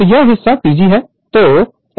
तो यह हिस्सा PG है